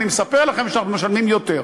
אני מספר לכם שאנחנו משלמים יותר.